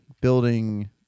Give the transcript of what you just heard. building